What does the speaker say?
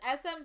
SM